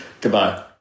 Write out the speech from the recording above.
Goodbye